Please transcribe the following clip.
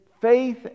faith